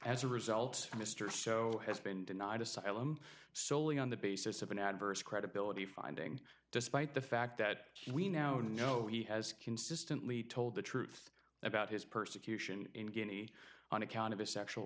as a result mr so has been denied asylum solely on the basis of an adverse credibility finding despite the fact that we now know he has consistently told the truth about his persecution in guinea on account of his sexual